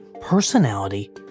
Personality